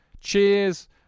Cheers